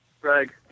Greg